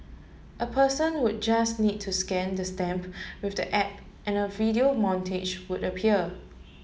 a person would just need to scan the stamp with the app and a video montage would appear